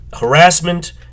harassment